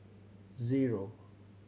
zero